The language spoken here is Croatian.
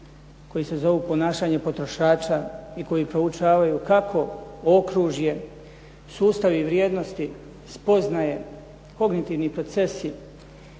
koji se zovu “Ponašanje potrošača“ i koji proučavaju kako okružje, sustav i vrijednosti, spoznaje, kongitivni procesi